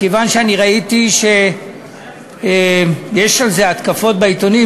מכיוון שאני ראיתי שיש על זה התקפות בעיתונים,